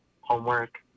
homework